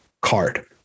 card